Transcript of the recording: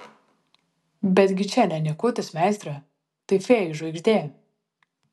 betgi čia ne niekutis meistre tai fėjų žvaigždė